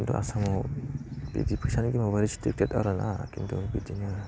दा आसामाव बेदि फैसानि गेमाव एसे दिगदारथार आरोना खिन्थु बिदिनो